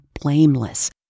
blameless